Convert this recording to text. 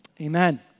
Amen